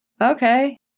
Okay